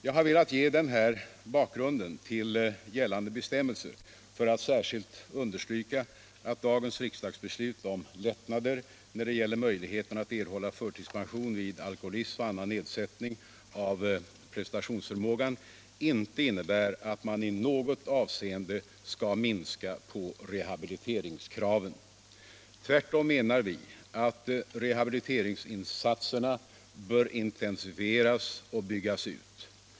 Jag har velat ge den här bakgrunden till gällande bestämmelser för att särskilt understryka att dagens riksdagsbeslut om lättnader då det gäller möjligheten att erhålla förtidspension vid alkoholism och annan nedsättning av prestationsförmågan inte innebär att man i något avseende skall sänka rehabiliteringskraven. Tvärtom menar vi att rehabiliteringsinsatserna bör intensifieras och byggas ut.